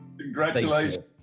congratulations